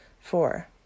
Four